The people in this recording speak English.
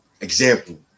example